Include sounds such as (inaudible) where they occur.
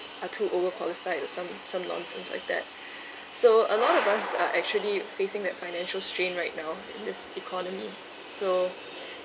are too over qualified or some some nonsense like that (breath) so a lot of us are actually facing that financial strain right now in this economy so